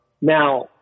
Now